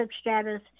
status